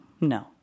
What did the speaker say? no